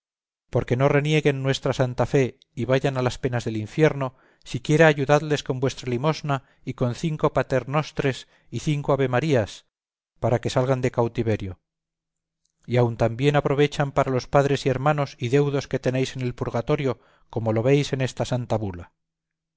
porque no renieguen nuestra santa fe y vayan a las penas del infierno siquiera ayudadles con vuestra limosna y con cinco paternostres y cinco avemarías para que salgan de cautiverio y aun también aprovechan para los padres y hermanos y deudos que tenéis en el purgatorio como lo veréis en esta santa bula